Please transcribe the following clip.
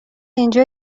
اینجا